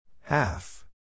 Half